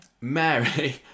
Mary